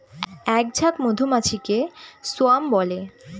এক ঝাঁক মধুমাছিকে স্বোয়াম বলে